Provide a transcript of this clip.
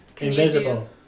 Invisible